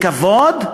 בכבוד,